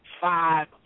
five